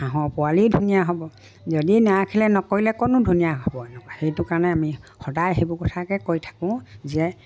হাঁহৰ পোৱালি ধুনীয়া হ'ব যদি নাৰাখিলে নকৰিলে কোনো ধুনীয়া হ'বনো সেইটো কাৰণে আমি সদায় সেইবোৰ কথাকে কৈ থাকোঁ যে